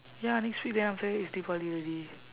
ya next week then after that it's deepavali already